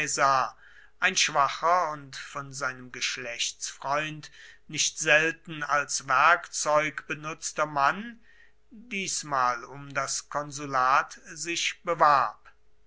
ein schwacher und von seinem geschlechtsfreund nicht selten als werkzeug benutzter mann diesmal um das konsulat sich bewarb